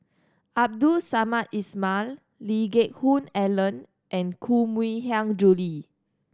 Abdul Samad Ismail Lee Geck Hoon Ellen and Koh Mui Hiang Julie